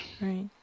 Right